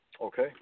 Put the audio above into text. Okay